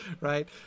right